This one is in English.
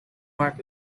mark